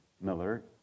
Miller